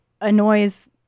annoys